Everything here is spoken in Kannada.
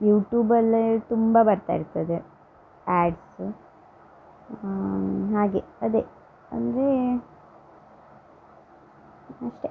ಯೂಟೂಬಲ್ಲೇ ತುಂಬ ಬರ್ತಾ ಇರ್ತದೆ ಆ್ಯಡ್ಸ್ ಹಾಗೆ ಅದೆ ಅಂದರೆ ಅಷ್ಟೆ